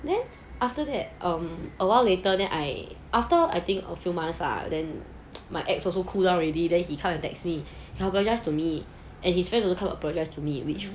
then after that um awhile later then I after I think a few months lah then my ex also cool down already then he come and text me just to me he apologised to me and his friends also apologised to me